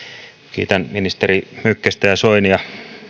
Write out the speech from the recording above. kiitän ministeri mykkästä ja ministeri soinia